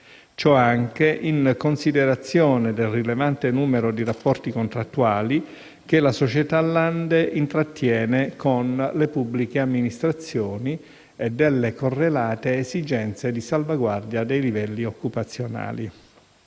ciò anche in considerazione del rilevante numero di rapporti contrattuali che la società Lande intrattiene con le pubbliche amministrazioni e delle correlate esigenze di salvaguardia dei livelli occupazionali.